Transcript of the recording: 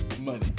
money